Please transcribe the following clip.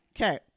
okay